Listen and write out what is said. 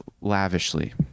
lavishly